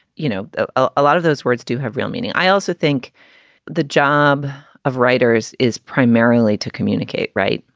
you know, a lot of those words do have real meaning. i also think the job of writers is primarily to communicate. right.